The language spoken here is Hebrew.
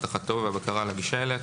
אבטחתו והבקרה על הגישה אליו,